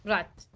Right